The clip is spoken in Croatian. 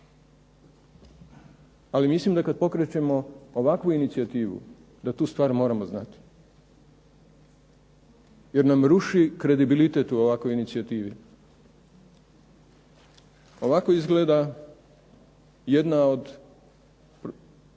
ali mislim da kad pokrećemo ovakvu inicijativu, da tu stvar moramo znati, jer nam ruši kredibilitet u ovakvoj inicijativi. Ovako izgleda jedna od zgrada